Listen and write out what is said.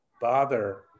bother